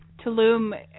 Tulum